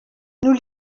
nous